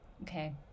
Okay